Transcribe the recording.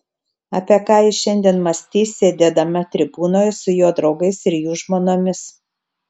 apie ką ji šiandien mąstys sėdėdama tribūnoje su jo draugais ir jų žmonomis